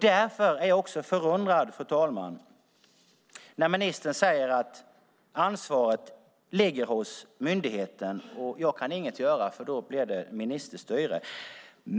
Därför blir jag förundrad, fru talman, när ministern säger att ansvaret ligger hos myndigheten och att han inget kan göra, för då blir det ministerstyre.